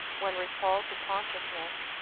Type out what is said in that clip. when recalled to consciousness,